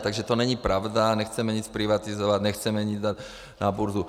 Takže to není pravda, nechceme nic privatizovat, nechceme nic dávat na burzu.